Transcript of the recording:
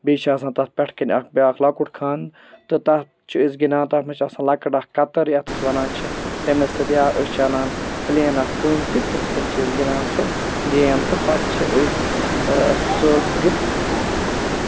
بیٚیہِ چھِ آسان تَتھ پٮ۪ٹھ کَنۍ اَکھ بیٛاکھ لۄکُٹ خانہ تہٕ تَتھ چھِ أسۍ گِنٛدان تَتھ منٛز چھِ آسان لَۄکٕٹ اَکھ کتٕر یَتھ أسۍ وَنان چھِ تمے سۭتۍ یا أسۍ چھِ اَنان پٕلین اکھ کٔنۍ تہِ تَمہِ سۭتۍ چھِ أسۍ گِنٛدان سۄ گیم تہٕ پَتہٕ چھِ أسۍ ٲں سُہ